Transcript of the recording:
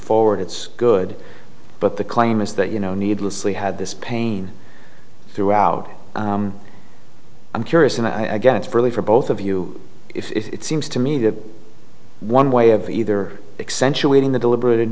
forward it's good but the claim is that you know needlessly had this pain throughout i'm curious and i guess it's really for both of you it's seems to me that one way of either accentuating the deliberate ind